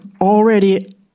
already